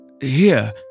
Here